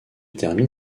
termine